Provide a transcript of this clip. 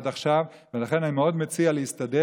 עד עכשיו, ולכן אני מאוד מציע להסתדר,